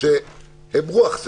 שהם הרוח.